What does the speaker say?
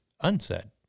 unsaid